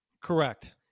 Correct